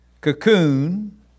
cocoon